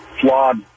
flawed